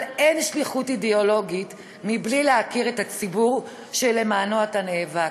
אבל אין שליחות אידיאולוגית בלי להכיר את הציבור שלמענו אתה נאבק.